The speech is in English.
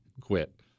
Quit